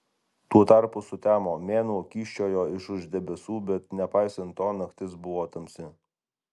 tuo tarpu sutemo mėnuo kyščiojo iš už debesų bet nepaisant to naktis buvo tamsi